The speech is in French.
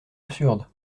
absurde